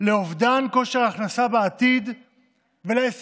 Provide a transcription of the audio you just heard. היא מתורגמת לאובדן כושר הכנסה בעתיד ולהישגים.